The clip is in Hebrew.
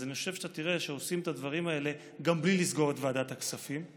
אני חושב שתראה שעושים את הדברים גם בלי לסגור את ועדת הכספים.